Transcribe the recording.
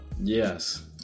Yes